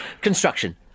Construction